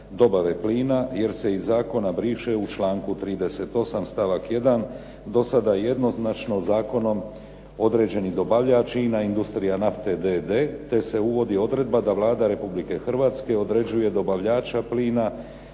dobave plina jer se iz zakona briše u članku 38. stavak 1. do sada jednoznačno zakonom određeni dobavljač, INA industrija nafte d.d. te se uvodi odredba da Vlada Republike Hrvatske određuje dobavljača plina